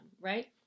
right